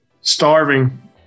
starving